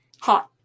hot